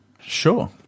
Sure